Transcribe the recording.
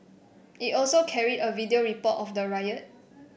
it also carried a video report of the riot